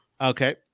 Okay